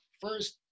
First